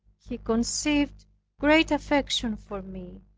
he conceived great affection for me.